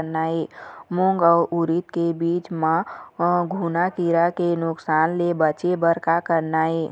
मूंग अउ उरीद के बीज म घुना किरा के नुकसान ले बचे बर का करना ये?